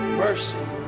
mercy